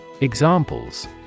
Examples